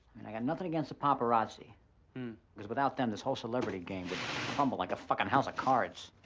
and i got nothing against the paparazzi cause without them this whole celebrity game would crumble like a fuckin house of cards.